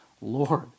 Lord